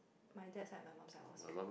my dad and my mom I would speak